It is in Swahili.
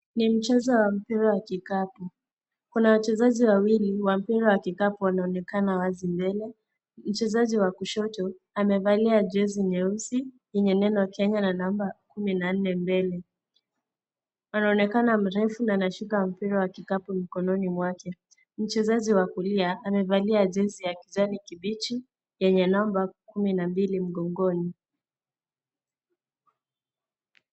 Ni mchezo wa mpira wa kikapu . Kuna wachezaji wawili wa mpira wa kikapu wanaonekana wazi mbele , mchezaji wa kushoto amevalia jezi nyeusi yenye neno Kenya na namba kumi na nne mbele . Anaonekana mrefu na anashika mpira wa kikapu mkononi mwake . Mchezaji wa kulia amevalia jezi ya kijani kibichi yenye namba kumi na mbili mgongoni.